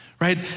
Right